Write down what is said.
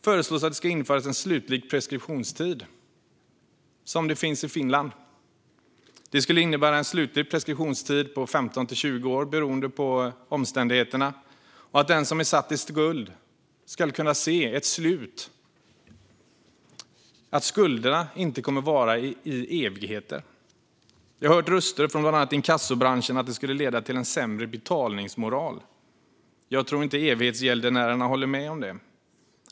föreslås att det ska införas en slutlig preskriptionstid som den som finns i Finland. Det skulle innebära en slutlig preskriptionstid på 15-20 år beroende på omständigheterna och att den som är satt i skuld ska kunna se ett slut - att skulderna inte kommer att vara i evigheter. Jag har hört röster från bland annat inkassobranschen om att det skulle leda till sämre betalningsmoral. Jag tror inte evighetsgäldenärerna håller med om det.